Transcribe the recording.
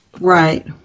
Right